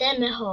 יוצא מהוגוורטס,